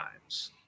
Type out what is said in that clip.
times